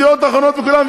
"ידיעות אחרונות" וכולם,